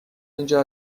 اینجا